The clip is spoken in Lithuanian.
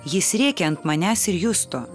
jis rėkia ant manęs ir justo